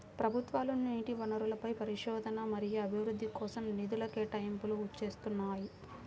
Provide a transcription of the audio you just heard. ప్రభుత్వాలు నీటి వనరులపై పరిశోధన మరియు అభివృద్ధి కోసం నిధుల కేటాయింపులు చేస్తున్నాయి